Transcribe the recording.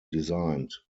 designed